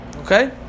Okay